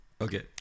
Okay